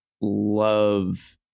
love